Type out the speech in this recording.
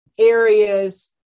areas